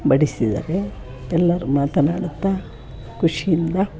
ಬಡಿಸಿದರೆ ಎಲ್ಲರೂ ಮಾತನಾಡುತ್ತಾ ಖುಷಿಯಿಂದ